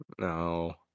No